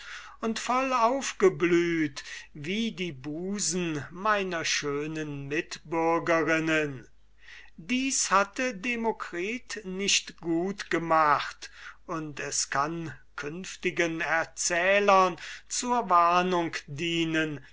und vollaufgeblüht wie die busen meiner schönen mitbürgerinnen dies hatte demokritus nicht gut gemacht und es kann künftigen erzählern zur warnung dienen